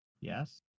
yes